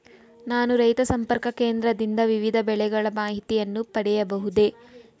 ನಾನು ರೈತ ಸಂಪರ್ಕ ಕೇಂದ್ರದಿಂದ ವಿವಿಧ ಬೆಳೆಗಳ ಮಾಹಿತಿಯನ್ನು ಪಡೆಯಬಹುದೇ?